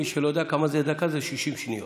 למי שלא יודע, דקה זה 60 שניות.